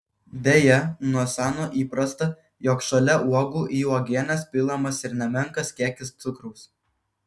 deja nuo seno įprasta jog šalia uogų į uogienes pilamas ir nemenkas kiekis cukraus